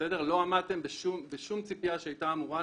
לצערי לא עמדתם בשום ציפייה שהייתה אמורה מכם,